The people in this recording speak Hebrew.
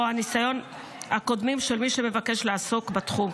הניסיון הקודמים של מי שמבקש לעסוק בתחום.